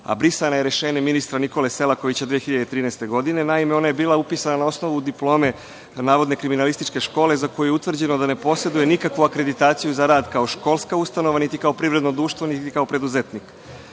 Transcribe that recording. a brisana je rešenjem ministra Nikole Selakovića 2013. godine? Naime, ona je bila upisana na osnovu diplome navodne kriminalističke škole za koju je utvrđeno da ne poseduje nikakvu akreditaciju za rad kao školska ustanova, niti kao privredno društvo, niti kao preduzetnik. Upravni